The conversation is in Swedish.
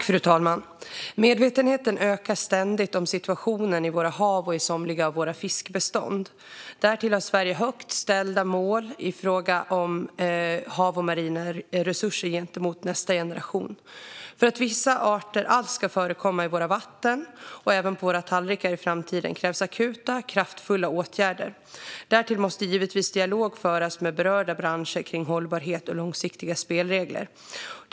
Fru talman! Medvetenheten ökar ständigt om situationen i våra hav och i somliga av våra fiskbestånd. Därtill har Sverige högt satta mål i fråga om hav och marina resurser gentemot nästa generation. För att vissa arter alls ska förekomma i våra vatten och även på våra tallrikar i framtiden krävs akuta och kraftfulla åtgärder. Därtill måste givetvis dialog föras med berörda branscher kring hållbarhet och långsiktiga spelregler.